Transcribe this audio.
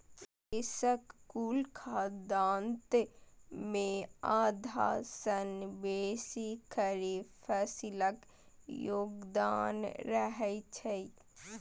देशक कुल खाद्यान्न मे आधा सं बेसी खरीफ फसिलक योगदान रहै छै